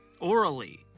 orally